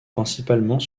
principalement